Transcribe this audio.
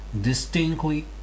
distinctly